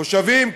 מושבים,